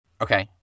Okay